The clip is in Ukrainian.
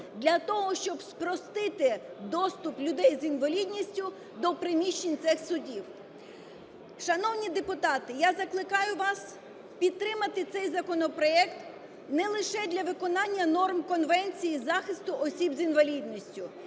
для того, щоб спростити доступ людей з інвалідністю до приміщень цих судів. Шановні депутати, я закликаю вас підтримати цей законопроект не лише для виконання норм Конвенції захисту осіб з інвалідністю,